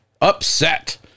upset